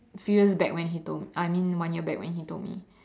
few years when he told I mean one year back when he told me